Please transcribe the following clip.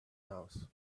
house